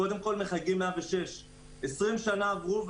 קודם כל מחייגים 106. 20 שנים עברו,